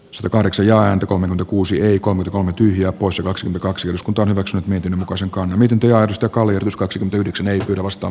satakahdeksan ääntä kolme modo kuusi aikomus on tyhjä poissa kaksi l kaksi osku torrokset mietin onko se mukaan miten tilatusta kallio tuskaksi yhdeksän ei oteta vastaan